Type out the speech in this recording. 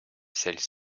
celles